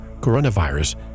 coronavirus